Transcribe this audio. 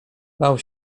bał